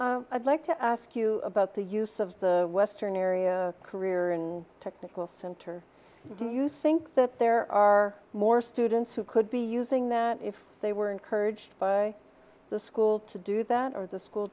perspective i'd like to ask you about the use of the western area of career and technical center do you think that there are more students who could be using that if they were encouraged by the school to do that or the school